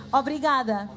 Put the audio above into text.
obrigada